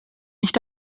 nicht